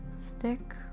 Stick